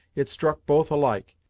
it struck both alike,